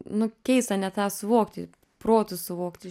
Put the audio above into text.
nu keista net tą suvokti protu suvokti